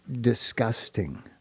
disgusting